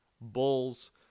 Bulls